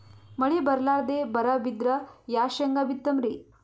ಮಳಿ ಬರ್ಲಾದೆ ಬರಾ ಬಿದ್ರ ಯಾ ಶೇಂಗಾ ಬಿತ್ತಮ್ರೀ?